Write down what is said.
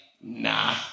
nah